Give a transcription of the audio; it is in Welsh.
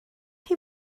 chi